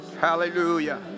Hallelujah